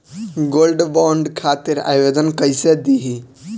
Gold bond खातिर आवेदन कैसे दिही?